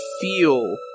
feel